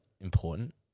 important